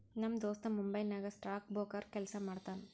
ನಮ್ ದೋಸ್ತ ಮುಂಬೈ ನಾಗ್ ಸ್ಟಾಕ್ ಬ್ರೋಕರ್ ಕೆಲ್ಸಾ ಮಾಡ್ತಾನ